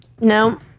No